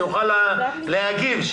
שיוכל להגיב,